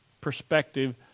perspective